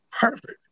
perfect